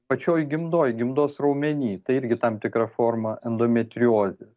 pačioj gimdoj gimdos raumeny tai irgi tam tikra forma endometriozė